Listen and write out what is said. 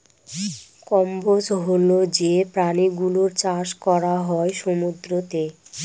কম্বোজ হল যে প্রাণী গুলোর চাষ করা হয় সমুদ্রতে